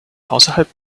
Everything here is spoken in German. außerhalb